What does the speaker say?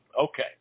Okay